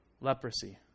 leprosy